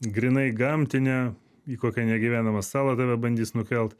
grynai gamtinę į kokią negyvenamą salą tave bandys nukelt